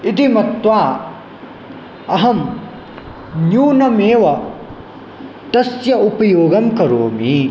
इति मत्वा अहं न्यूनमेव तस्य उपयोगं करोमि